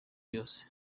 yose